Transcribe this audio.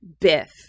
Biff